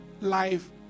life